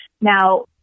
Now